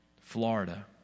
Florida